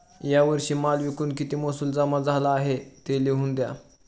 या वर्षी माल विकून किती महसूल जमा झाला आहे, ते लिहून द्या